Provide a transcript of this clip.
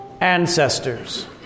ancestors